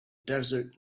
desert